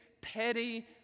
petty